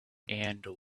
and